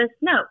No